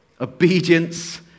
Obedience